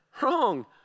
Wrong